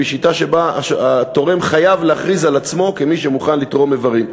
והיא שיטה שבה התורם חייב להכריז על עצמו כמי שמוכן לתרום איברים,